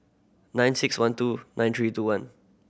nine six one two nine three two one